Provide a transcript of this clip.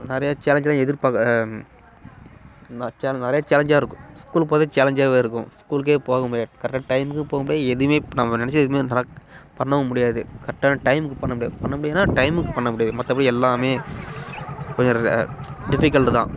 நிறையா சேலஞ்செல்லாம் எதிர்பார்க்க நெ சேலஞ்ச் நிறைய சேலஞ்சாக இருக்கும் ஸ்கூலுக்கு போகிறதே சேலஞ்சாகவே இருக்கும் ஸ்கூலுக்கே போக முடியாது கரெக்ட் டைமுக்கு போக முடியாது எதுவுமே இப்போ நம்ம நினச்சது எதுவுமே அந்தளவுக்கு பண்ணவும் முடியாது கரெக்டான டைமுக்கு பண்ண முடியாது பண்ண முடியாதுனா டைமுக்கு பண்ண முடியாது மற்றபடி எல்லாமே கொஞ்சம் டிஃபிகல்ட்டு தான்